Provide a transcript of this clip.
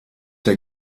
der